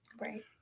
Right